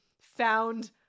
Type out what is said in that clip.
found